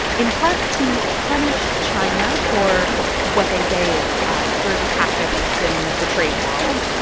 in part to punish china for what they say is ah dirty tactics in the trade world.